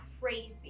crazy